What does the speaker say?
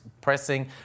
pressing